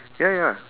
ya ya